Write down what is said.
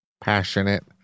passionate